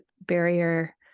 barrier